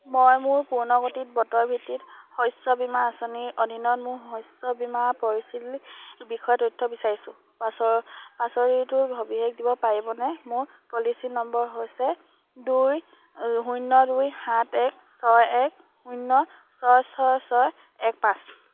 মই মোৰ পুনৰ্গঠিত বতৰ ভিত্তিক শস্য বীমা আঁচনিৰ অধীনত মোৰ শস্য বীমা পলিচীৰ বিষয়ে তথ্য বিচাৰিছোঁ পলিচী পলিচীটোৰ সবিশেষ দিব পাৰিবনে মোৰ পলিচী নম্বৰ হৈছে দুই শূন্য দুই সাত এক ছয় এক শূন্য ছয় ছয় ছয় এক পাঁচ